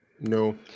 No